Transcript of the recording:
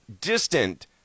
Distant